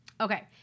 okay